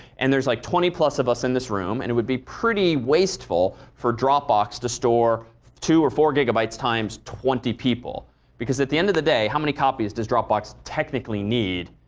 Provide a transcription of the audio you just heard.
and there's like twenty plus of us in this room and it would be pretty wasteful for dropbox to store two or four gigabytes times twenty people because at the end of the day how many copies does dropbox technically need